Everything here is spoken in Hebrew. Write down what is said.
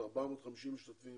450 משתתפים